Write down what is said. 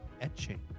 etching